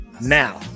now